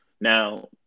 Now